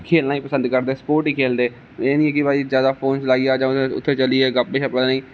खेलना गै पसंद करदे ना स्पोट ही खेलदे एह् नेईं ऐ कि भाई ज्यादा फोन चलाई जा उत्थे चली गे गप्प शप्प लाई